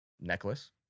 necklace